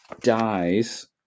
dies